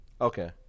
Okay